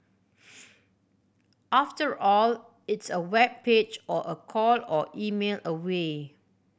after all it's a web page or a call or email away